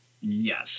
Yes